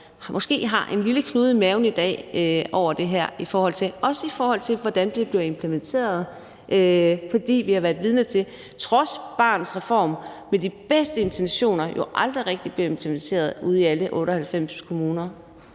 har en lille knude i maven i dag over det her, også i forhold til, hvordan det bliver implementeret. For vi har jo været vidner til, trods Barnets Reform, at de bedste intentioner aldrig rigtig blev implementeret ude i alle 98 kommuner.